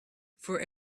for